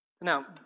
Now